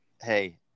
Hey